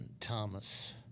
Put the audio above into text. Thomas